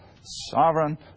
sovereign